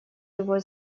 его